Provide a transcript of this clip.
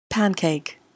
Pancake